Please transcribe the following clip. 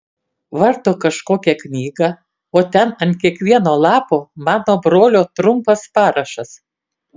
varto kažkokią knygą o ten ant kiekvieno lapo mano brolio trumpas parašas